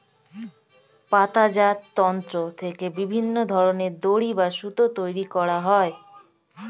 পাতাজাত তন্তু থেকে বিভিন্ন ধরনের দড়ি বা সুতো তৈরি করা হয়